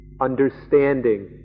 understanding